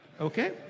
Okay